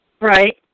Right